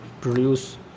produce